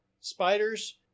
spiders